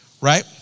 right